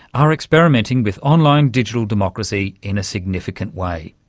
are experimenting with online digital democracy in a significant way.